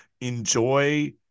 enjoy